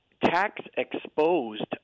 tax-exposed